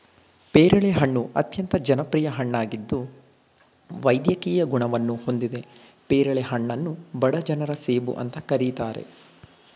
ಪೇರಳೆ ಹಣ್ಣು ಅತ್ಯಂತ ಜನಪ್ರಿಯ ಹಣ್ಣಾಗಿದ್ದು ವೈದ್ಯಕೀಯ ಗುಣವನ್ನು ಹೊಂದಿದೆ ಪೇರಳೆ ಹಣ್ಣನ್ನು ಬಡ ಜನರ ಸೇಬು ಅಂತ ಕರೀತಾರೆ